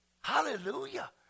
Hallelujah